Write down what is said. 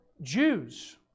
Jews